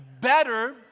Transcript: better